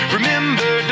Remember